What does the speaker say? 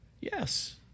Yes